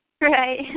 Right